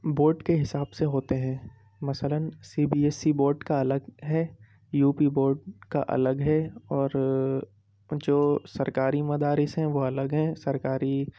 board کے حساب سے ہوتے ہیں مثلاً C B S E board کا الگ ہے یو پی بورڈ کا الگ ہے اور جو سرکاری مدارس ہیں وہ الگ ہیں سرکاری